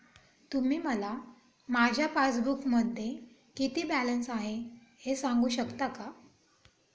तुम्ही मला माझ्या पासबूकमध्ये किती बॅलन्स आहे हे सांगू शकता का?